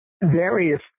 Various